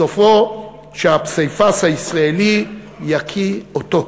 סופו שהפסיפס הישראלי יקיא אותו.